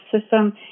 system